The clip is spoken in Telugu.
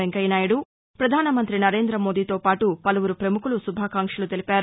వెంకయ్యనాయుడు పధానమంతి నరేందమోదీతో పాటు పలువురు పముఖులు శు భాకాంక్షలు తెలిపారు